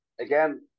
again